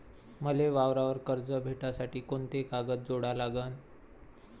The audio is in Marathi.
मले वावरावर कर्ज भेटासाठी कोंते कागद जोडा लागन?